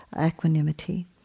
equanimity